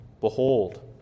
Behold